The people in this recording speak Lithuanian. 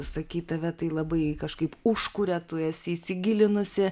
sakei tave tai labai kažkaip užkuria tu esi įsigilinusi